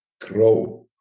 grow